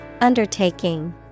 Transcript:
Undertaking